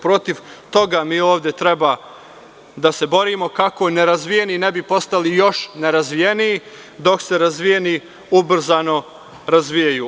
Protiv toga mi ovde treba da se borimo kako nerazvijeni ne bi postali još nerazvijeniji dok se razvijeni ubrzano razvijaju.